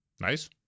nice